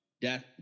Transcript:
Death